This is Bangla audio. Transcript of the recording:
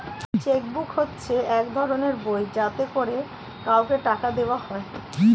চেক বুক হচ্ছে এক ধরনের বই যাতে করে কাউকে টাকা দেওয়া হয়